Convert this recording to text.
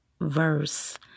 verse